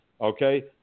Okay